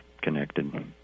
connected